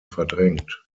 verdrängt